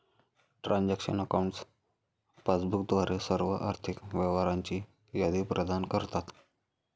transaction accounts passbook द्वारे सर्व आर्थिक व्यवहारांची यादी प्रदान करतात